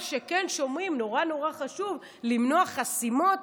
מה שכן שומעים, נורא נורא חשוב, למנוע חסימות